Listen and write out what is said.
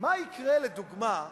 מה יקרה לדוגמה,